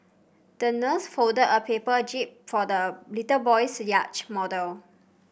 the nurse folded a paper jib for the little boy's yacht model